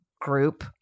group